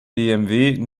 bmw